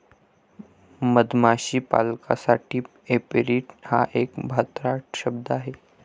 मधमाशी पालकासाठी ऍपेरिट हा एक भन्नाट शब्द आहे